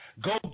Go